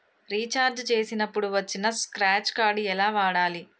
Recharge చేసినప్పుడు వచ్చిన scratch card ఎలా వాడాలి?